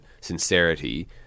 sincerity